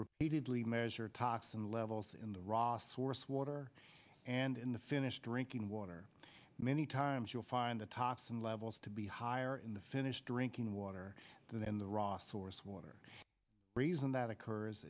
repeatedly measure toxin levels in the raw source water and in the finnish drinking water many times you'll find the toxin levels to be higher in the finnish drinking water than the raw source water reason that occurs